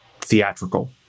theatrical